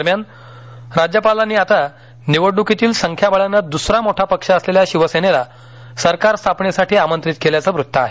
दरम्यान राज्यपालांनी आता निवडण्कीतील संख्याबळाने दुसरा मोठा पक्ष असलेल्या शिवसेनेला सरकार स्थापनेसाठी आमंत्रित केल्याचं वृत्त आहे